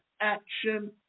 action